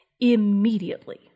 Immediately